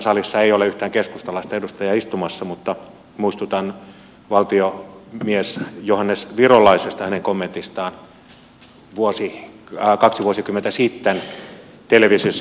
salissa ei ole yhtään keskustalaista edustajaa istumassa mutta muistutan valtiomies johannes virolaisesta hänen kommentistaan kaksi vuosikymmentä sitten televisiossa